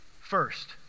first